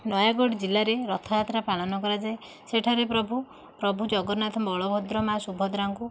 ନୟାଗଡ଼ ଜିଲ୍ଲାରେ ରଥଯାତ୍ରା ପାଳନ କରାଯାଏ ସେଠାରେ ପ୍ରଭୁ ପ୍ରଭୁ ଜଗନ୍ନାଥ ବଳଭଦ୍ର ମା' ସୁଭଦ୍ରାଙ୍କୁ